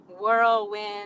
whirlwind